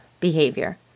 behavior